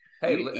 Hey